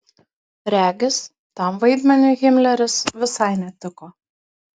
regis tam vaidmeniui himleris visai netiko